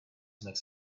makes